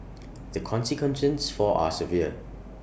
the consequences for are severe